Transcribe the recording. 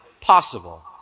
possible